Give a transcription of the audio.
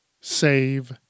save